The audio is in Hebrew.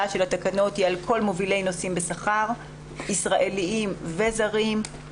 חולה על הטיסה בה הוא היה והוא כבר נכנס לארץ ומסתובב בישראל ואין לנו